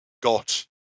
got